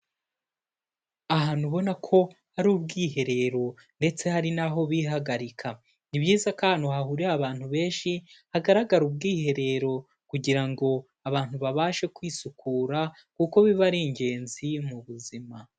Ahantu ubona ko hari ubwiherero ndetse hari n'aho bihagarika, ni byiza ko ahantu hahurira abantu benshi, hagaragara ubwiherero kugira ngo abantu babashe kwisukura kuko biba ari ingenzi mu buzima.